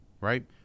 right